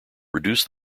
reduced